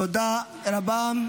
תודה רבה.